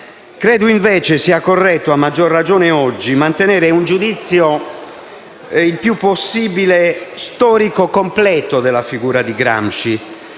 Credo, invece, sia corretto, a maggior ragione oggi, mantenere un giudizio il più possibile storico e completo della figura di Gramsci.